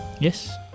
Yes